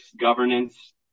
governance